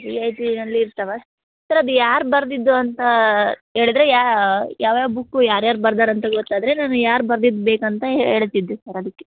ರಿಯಾಯಿತಿಯಲ್ಲಿ ಇರ್ತಾವ ಸರ್ ಅದು ಯಾರು ಬರೆದಿದ್ದು ಅಂತ ಹೇಳಿದ್ರೆ ಯಾವ್ಯಾವ ಬುಕ್ಕು ಯಾರು ಯಾರು ಬರೆದಾರಂತ ಗೊತ್ತಾದರೆ ನಾನು ಯಾರು ಬರ್ದಿದ್ದು ಬೇಕೂಂತ ಹೇಳ್ತಿದ್ದೆ ಸರ್ ಅದಕ್ಕೆ